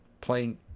playing